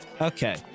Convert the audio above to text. Okay